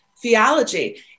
theology